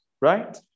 right